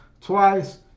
twice